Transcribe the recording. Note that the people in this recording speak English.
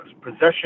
possession